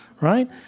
Right